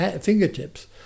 fingertips